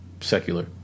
secular